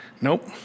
Nope